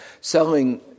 selling